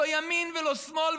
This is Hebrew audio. לא ימין ולא שמאל,